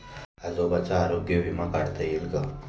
आजोबांचा आरोग्य विमा काढता येईल का?